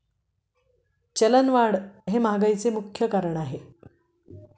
चलनवाढ हे महागाईचे मुख्य कारण आहे